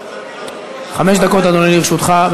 חמש דקות, אדוני, לרשותך.